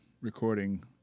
recording